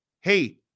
hey